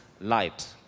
light